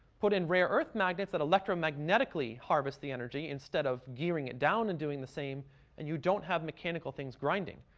put in rare-earth magnets that electromagnetically harvest the energy, instead of gearing it down and doing the same and you don't have mechanical things grinding.